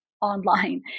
online